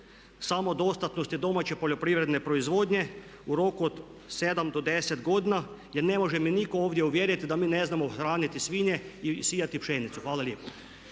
samodostatnosti domaće poljoprivredne proizvodnje u roku od 7 do 10 godina jer ne može me nitko ovdje uvjeriti da mi ne znamo hraniti svinje i sijati pšenicu. Hvala lijepo.